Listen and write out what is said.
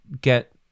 get